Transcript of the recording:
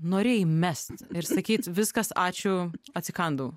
norėjai mest ir sakyt viskas ačiū atsikandau